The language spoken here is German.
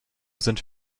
sind